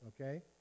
okay